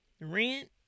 rent